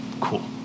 Cool